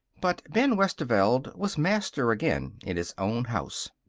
but ben westerveld was master again in his own house.